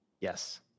Yes